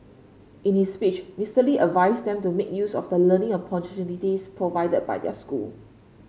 in his speech Mister Lee advised them to make use of the learning opportunities provided by their school